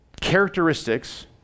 characteristics